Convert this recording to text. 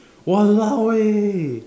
!waloa! eh